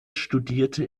studierte